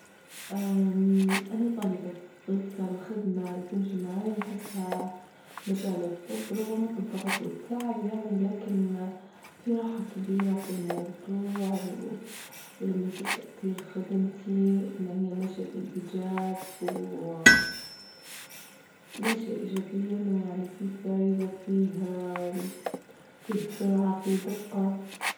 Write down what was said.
أنا طالبة طب فالخدمة اللي تمشي معاي نحسها مجال الطب، رغم الضغط والتعب يعني لكن في راحة كبيرة في الموضوع، ولما نشوف تأثير خدمتي إن هي ماشية في الإيجاب، ماشية إيجابيا ويعني فيه فايدة، فيه فيه سرعة، فيه دقة.